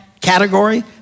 category